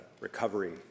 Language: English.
recovery